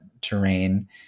terrain